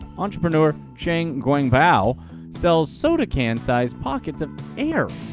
entrepreneur chen guangbiao sells soda can sized pockets of air,